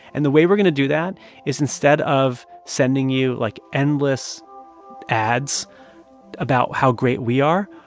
and the way we're going to do that is instead of sending you, like, endless ads about how great we are,